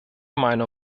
meiner